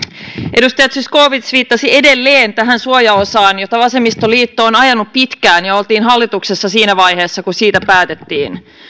edustaja zyskowicz viittasi edelleen tähän suojaosaan jota vasemmistoliitto on ajanut pitkään ja olimme hallituksessa siinä vaiheessa kun siitä päätettiin